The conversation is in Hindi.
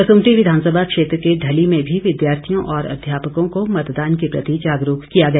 कसुम्पटी विधानसभा क्षेत्र के ढली में भी विद्यार्थियों और अध्यापकों को मतदान के प्रति जागरूक किया गया